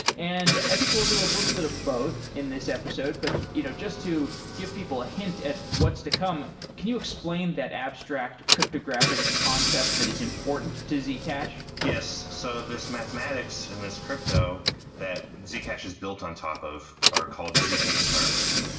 and i think we'll do a little bit of both in this episode, but you know just to give people a hint at what's to come, can you explain that abstract cryptographic concept that is important to zcash? yes. so this mathematics and this crypto that zcash is built on top of are called zk snarks.